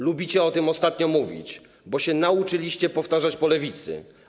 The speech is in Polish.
Lubicie o tym ostatnio mówić, bo się nauczyliście powtarzać po Lewicy.